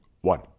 one